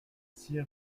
six